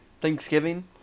Thanksgiving